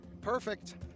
Perfect